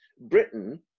Britain